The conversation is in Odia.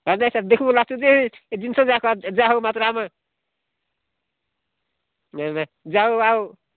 ନାହିଁ ନାହିଁ ସାର୍ ଦେଖିବୁ ଲାଷ୍ଟ୍ରେ ଯେ ଏ ଜିନିଷଯାକ ଯାହା ହେଉ ମାତ୍ର ଆମେ ନାହିଁ ନାହିଁ ଯାହା ହେଉ ଆଉ